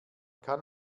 kann